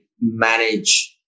manage